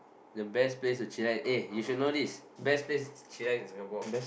the best place to chillax eh you should know this best place to chillax in Singapore